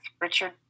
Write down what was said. Richard